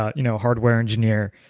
a you know hardware engineer,